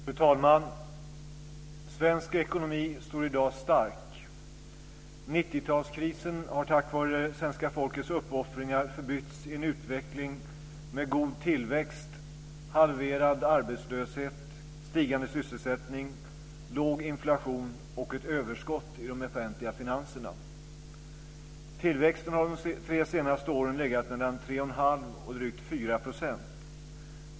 Fru talman! Svensk ekonomi står i dag stark. 90 talskrisen har tack vare svenska folkets uppoffringar förbytts till en utveckling med god tillväxt, halverad arbetslöshet, stigande sysselsättning, låg inflation och ett överskott i de offentliga finanserna. Tillväxten har under de tre senaste åren legat mellan 3 1⁄2 % och drygt 4 %.